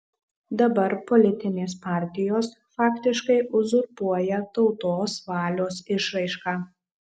dabar politinės partijos faktiškai uzurpuoja tautos valios išraišką